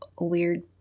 weird